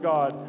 God